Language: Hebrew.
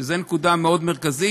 זאת נקודה מאוד מרכזית,